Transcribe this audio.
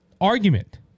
argument